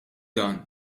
dan